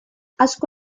asko